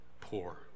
poor